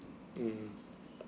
mm